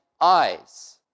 eyes